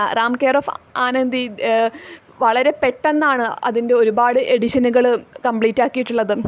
Ram care of Anandi വളരെ പെട്ടന്നാണ് അതിൻ്റെ ഒരുപാട് എഡിഷനുകൾ കമ്പ്ലീറ്റ് ആക്കിയിട്ടുള്ളത്